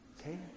okay